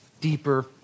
deeper